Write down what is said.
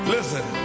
Listen